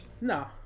No